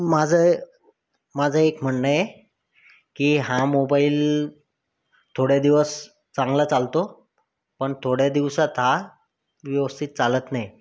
माझं माझं एक म्हणणं आहे की हा मोबाईल थोडे दिवस चांगला चालतो पण थोड्या दिवसात हा व्यवस्थित चालत नाही